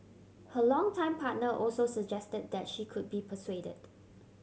her longtime partner also suggested that she could be persuaded